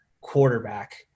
quarterback